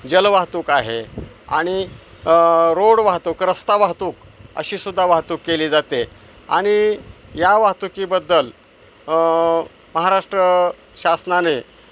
जल वाहतूक आहे आणि रोड वाहतूक रस्ता वाहतूक अशीसुद्धा वाहतूक केली जाते आणि या वाहतुकीबद्दल महाराष्ट्र शासनाने